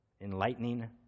Enlightening